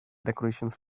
decorations